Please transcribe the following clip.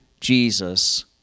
Jesus